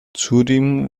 zudem